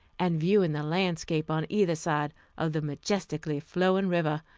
and viewing the landscape on either side of the majestically flowing river.